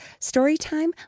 Storytime